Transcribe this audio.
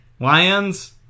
Lions